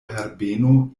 herbeno